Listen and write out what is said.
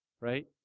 right